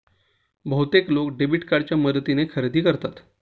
बहुतेक लोक डेबिट कार्डच्या मदतीने खरेदी करतात